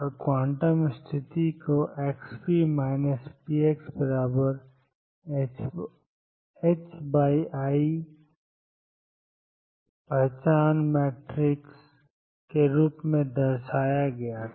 और क्वांटम स्थिति को xp pxiI पहचान मैट्रिस के रूप में दर्शाया गया था